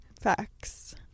facts